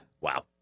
Wow